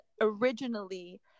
originally